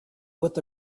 what